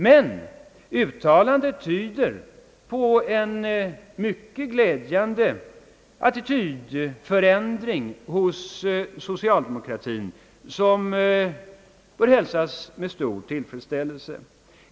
Men uttalandet tyder på en mycket glädjande attitydförändring hos socialdemokraterna, som bör hälsas med stor tillfredsställelse.